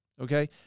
okay